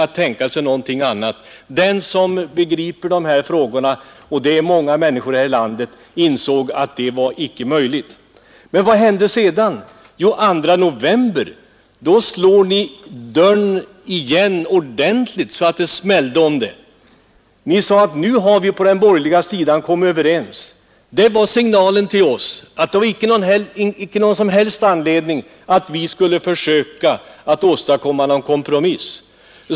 Den som begriper dessa frågor, och det gör många människor i näringsliv och handel här i landet, inser att det icke var möjligt. Vad hände sedan? Den 2 november slog ni igen dörren med en ordentlig smäll och sade att ni hade kommit överens på den borgerliga sidan. Det var en signal till oss att det inte fanns någon som helst anledning att försöka åstadkomma någon kompromiss.